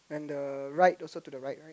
and the right also to the right right